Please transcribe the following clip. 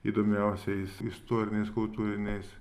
įdomiausiais istoriniais kultūriniais